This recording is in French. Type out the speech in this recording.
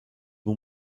bon